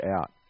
out